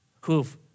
who've